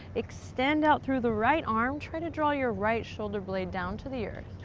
extend out through the right arm. try to draw your right shoulder blade down to the earth.